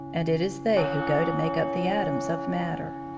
and it is they who go to make up the atoms of matter.